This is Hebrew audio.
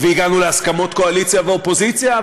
והגענו להסכמות קואליציה ואופוזיציה,